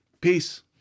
peace